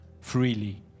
freely